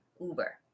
Uber